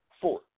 four